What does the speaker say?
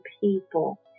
people